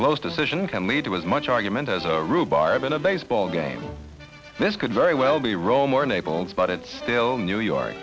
close decision can lead to as much argument as a rhubarb in a baseball game this could very well be rome or naples but it's still new york